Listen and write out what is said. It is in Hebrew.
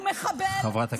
הוא מחבל והוא בן מוות.